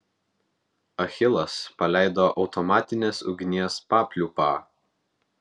achilas paleido automatinės ugnies papliūpą